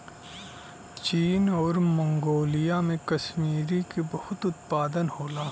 चीन आउर मन्गोलिया में कसमीरी क बहुत उत्पादन होला